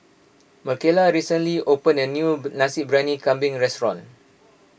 Micaela recently opened a new Nasi Briyani Kambing restaurant